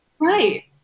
Right